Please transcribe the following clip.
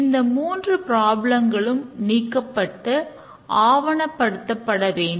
இந்த மூன்று ப்ராப்ளங்களும் நீக்கப்பட்டு ஆவணப்படுத்தப்பட வேண்டும்